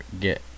get